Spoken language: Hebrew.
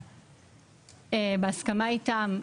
בהסכמה איתם.